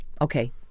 okay